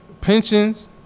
pensions